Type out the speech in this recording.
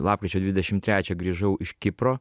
lapkričio dvidešim terčią grįžau iš kipro